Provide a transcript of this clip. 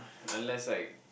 unless like